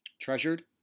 treasured